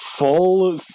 Full